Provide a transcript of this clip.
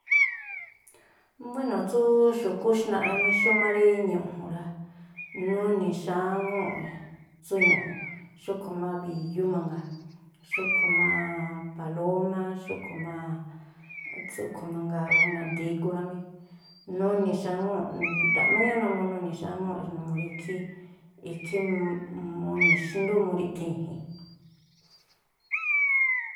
Buéno̱ tsú xu̱kú jnaꞌ rá mí, xúmá rí ñu̱ꞌju̱n rá, nuni̱ xáŋúu̱ꞌ tsú ñu̱ꞌju̱n, xúꞌkhui̱ má bi̱yú mangaa, xúꞌkhui̱ má palómá, xúꞌkhui̱ má tsúꞌkhui̱ mangaa wéno̱ di̱gu rá mí, nuni̱ xáŋúu̱ꞌ. Nda̱a̱ꞌ má ñúúꞌ numuu nuni̱ xáŋúu̱ꞌ xi, numuu rí ikhí ikhí muni̱ xndú, muri̱thii̱n i̱ji̱n.